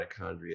mitochondria